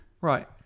Right